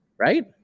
Right